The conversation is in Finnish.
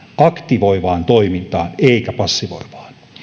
aktivoivaan toimintaan eikä passivoivaan